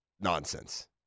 nonsense